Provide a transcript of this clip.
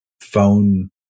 phone